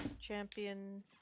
champion